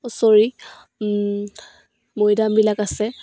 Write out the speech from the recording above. চৰি মৈদামবিলাক আছে